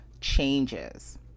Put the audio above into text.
changes